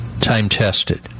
time-tested